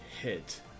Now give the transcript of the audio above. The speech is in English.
hit